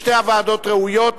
שתי הוועדות ראויות,